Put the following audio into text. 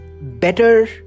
better